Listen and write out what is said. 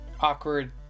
awkward